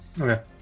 okay